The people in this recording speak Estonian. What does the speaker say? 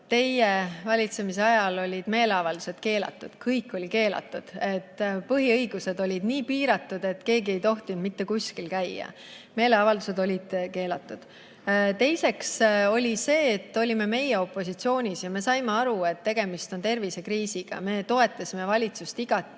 teie valitsemisajal olid meeleavaldused keelatud. Kõik oli keelatud, põhiõigused olid nii piiratud, et keegi ei tohtinud mitte kuskil käia. Meeleavaldused olid keelatud. Teiseks, kui meie olime opositsioonis, siis me saime aru, et tegemist on tervisekriisiga. Me toetasime valitsust igati